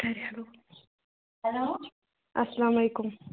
hello اَسلام علیکُم